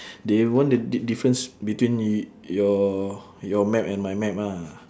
they want the di~ difference between y~ your your map and my map ah